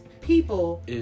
people